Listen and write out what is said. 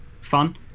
fun